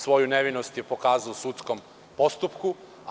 Svoju nevinost je pokazao u sudskom postupku.